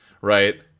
Right